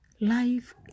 life